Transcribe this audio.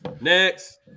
Next